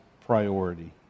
priority